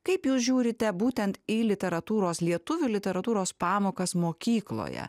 kaip jūs žiūrite būtent į literatūros lietuvių literatūros pamokas mokykloje